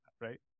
right